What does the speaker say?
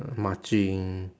marching